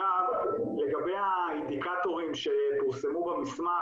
לגבי האינדיקטורים שפורסמו במסמך,